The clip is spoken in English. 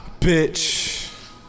bitch